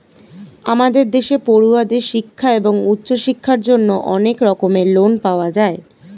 আমাদের দেশে পড়ুয়াদের শিক্ষা এবং উচ্চশিক্ষার জন্য অনেক রকমের লোন পাওয়া যায়